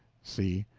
c.